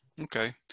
Okay